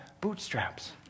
bootstraps